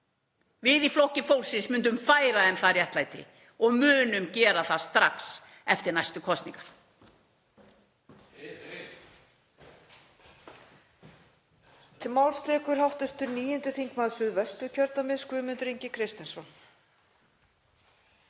Við í Flokki fólksins myndum færa því það réttlæti og munum gera það strax eftir næstu kosningar.